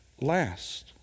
last